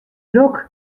drok